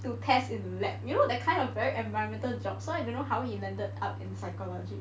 to test in the lab you know that kind of very environmental job so I don't know how he ended up in psychology